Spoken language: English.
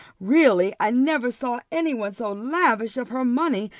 really i never saw any one so lavish of her money,